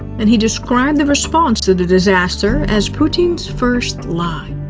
and he described the response to the disaster as putin's first lie.